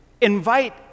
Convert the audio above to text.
Invite